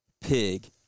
Pig